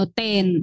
ten